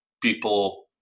people